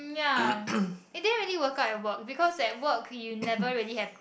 ya and then really woke up and work because that work you never really have